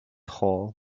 hall